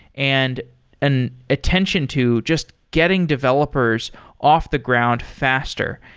and an attention to just getting developers off the ground faster,